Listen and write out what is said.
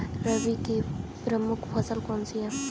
रबी की प्रमुख फसल कौन सी है?